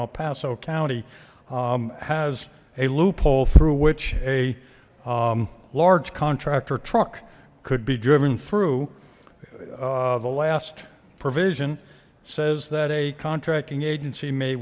el paso county has a loophole through which a large contractor truck could be driven through the last provision says that a contracting agency may